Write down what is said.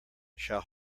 shall